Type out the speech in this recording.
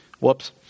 Whoops